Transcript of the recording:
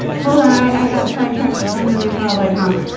hold on i i got sidetracked by something. i saw my tommy.